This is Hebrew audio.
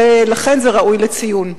ולכן, זה ראוי לציון.